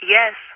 Yes